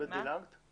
יבוא "מהותיים".